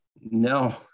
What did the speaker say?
No